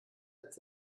als